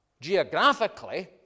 Geographically